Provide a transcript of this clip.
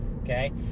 okay